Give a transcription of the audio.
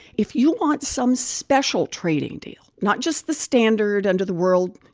if you want some special trading deal, not just the standard under the world,